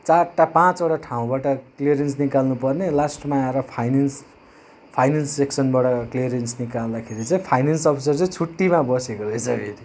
चारवटा पाँचवटा ठाउँबाट क्लियरेन्स निकाल्नु पर्ने लास्टमा आएर फाइनेन्स फाइनेन्स सेक्सनबाट क्लियरेन्स निकाल्दाखेरि चाहिँ फाइनेन्स अफिसर चाहिँ छुट्टीमा बसेको रहेछ फेरि